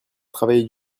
travailler